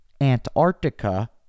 Antarctica